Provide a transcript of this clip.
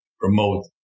promote